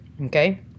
okay